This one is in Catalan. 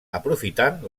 aprofitant